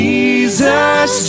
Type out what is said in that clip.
Jesus